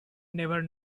never